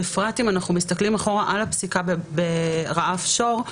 בפרט אם אנחנו מסתכלים אחורה על הפסיקה ברע"פ שור,